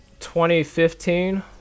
2015